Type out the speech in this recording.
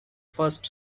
first